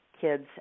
kids